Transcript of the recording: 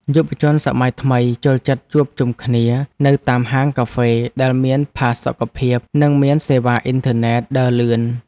យុវជនសម័យថ្មីចូលចិត្តជួបជុំគ្នានៅតាមហាងកាហ្វេដែលមានផាសុកភាព និងមានសេវាអ៊ីនធឺណិតដើរលឿន។